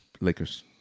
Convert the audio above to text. Lakers